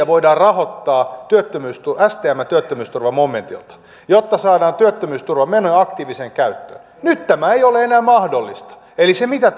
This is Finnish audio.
voidaan rahoittaa stmn työttömyysturvamomentilta jotta saadaan työttömyysturvamenoja aktiiviseen käyttöön nyt tämä ei ole enää mahdollista eli kun se mitä